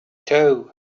too